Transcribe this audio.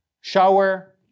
shower